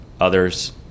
others